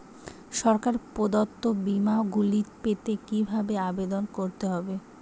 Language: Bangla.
সরকার প্রদত্ত বিমা গুলি পেতে কিভাবে আবেদন করতে হবে?